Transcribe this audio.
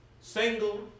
single